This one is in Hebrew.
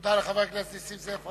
תודה לחבר הכנסת נסים זאב.